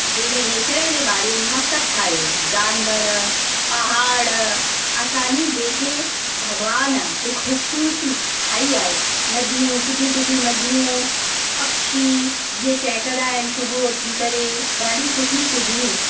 जंहिंमें नेचर जे बारे मां सभु ठाहियो जानवर पहाड़ असांजी जेके भॻवान ई ख़ूबसूरती ठाही आहे नदियूं सुठी सुठी नदियूं पक्षी जीअं चहिकंदा आहिनि सुबुहु उथी करे ॾाढी सुठी सुबुहु